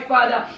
Father